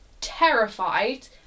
terrified